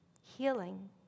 Healing